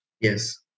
Yes